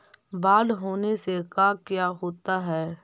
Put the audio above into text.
बाढ़ होने से का क्या होता है?